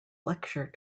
lecture